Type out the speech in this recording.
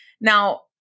Now